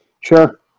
Sure